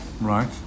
Right